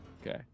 Okay